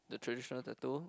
the traditional tattoo